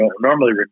normally